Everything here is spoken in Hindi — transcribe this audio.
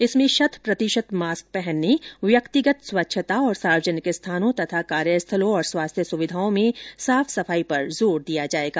इसमें शत प्रतिशत मास्क पहनने व्यक्तिगत स्वच्छता और सार्वजनिक स्थानों तथा कार्यस्थलों और स्वास्थ्य सुविधाओं में साफ सफाई पर जोर दिया जाएगा